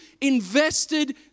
invested